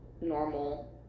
normal